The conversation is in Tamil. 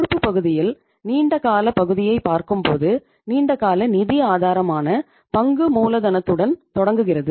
பொறுப்பு பகுதியில் நீண்ட காலப் பகுதியை பார்க்கும்போது நீண்ட கால நிதி ஆதாரமான பங்கு மூலதனத்துடன் தொடங்குகிறது